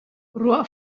ruah